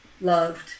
loved